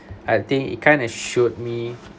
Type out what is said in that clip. I think it kind of showed me